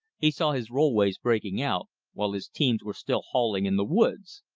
he saw his rollways breaking out while his teams were still hauling in the woods.